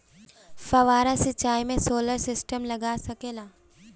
फौबारा सिचाई मै सोलर सिस्टम लाग सकेला?